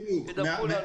בדיוק.